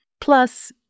Plus